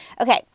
Okay